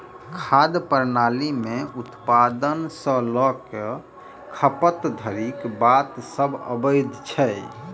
खाद्य प्रणाली मे उत्पादन सॅ ल क खपत धरिक बात सभ अबैत छै